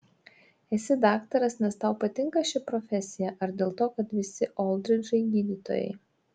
esi daktaras nes tau patinka ši profesija ar dėl to kad visi oldridžai gydytojai